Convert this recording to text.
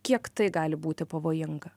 kiek tai gali būti pavojinga